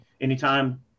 anytime